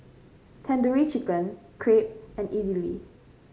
Tandoori Chicken Crepe and Idili